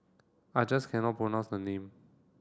I just cannot pronounce the name